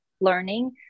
learning